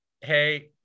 Hey